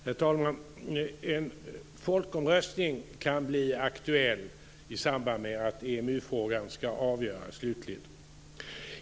Herr talman! En folkomröstning kan bli aktuell i samband med att EMU-frågan slutligt ska avgöras.